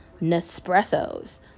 Nespresso's